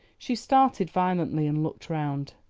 she started violently, and looked round.